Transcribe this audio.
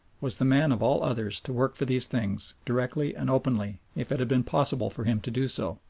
was the man of all others to work for these things directly and openly if it had been possible for him to do so